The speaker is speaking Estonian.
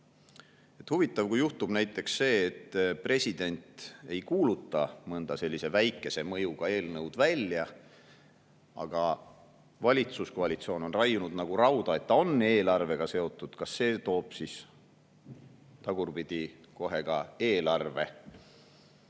Huvitav, kui juhtub näiteks see, et president ei kuuluta mõnda sellise väikese mõjuga [seadust] välja, aga valitsuskoalitsioon on raiunud nagu rauda, et see on eelarvega seotud, siis kas see toob kohe ka eelarve